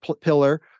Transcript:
pillar